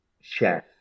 chef